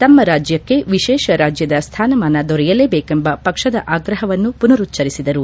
ತಮ್ಮ ರಾಜ್ಯಕ್ಕೆ ವಿಶೇಷ ರಾಜ್ಯದ ಸ್ಥಾನಮಾನ ದೊರೆಯಲೇಬೇಕೆಂಬ ಪಕ್ಷದ ಆಗ್ರಹವನ್ನು ಪುನರುಚ್ಚರಿಸಿದರು